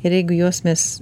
ir jeigu jos mes